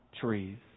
trees